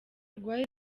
rwari